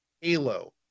halo